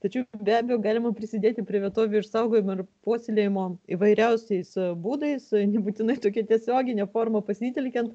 tačiau be abejo galime prisidėti prie vietovių išsaugojimo ir puoselėjimo įvairiausiais būdais nebūtinai tokią tiesioginę formą pasitelkiant